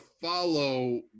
follow